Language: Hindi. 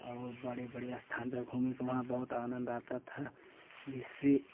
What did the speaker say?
और बड़े बड़े स्थान पर घूमें वहाँ बहुत आनंद आता था जिससे